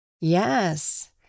Yes